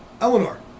Eleanor